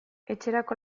etxerako